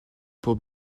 pour